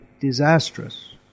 disastrous